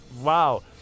wow